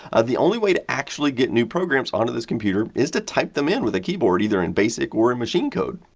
ah the only way to actually get new programs onto this computer is to type them in with the keyboard either in basic or in machine code.